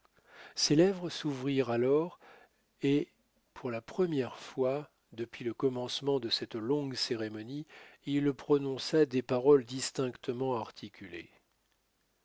ses lèvres s'ouvrirent alors et pour la première fois depuis le commencement de cette longue cérémonie il prononça des paroles distinctement articulées